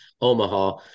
Omaha